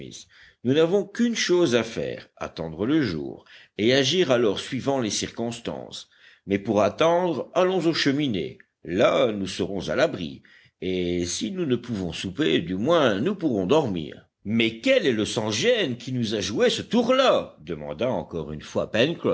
nous n'avons qu'une chose à faire attendre le jour et agir alors suivant les circonstances mais pour attendre allons aux cheminées là nous serons à l'abri et si nous ne pouvons souper du moins nous pourrons dormir mais quel est le sans-gêne qui nous a joué ce tour là demanda encore une fois